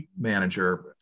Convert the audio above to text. manager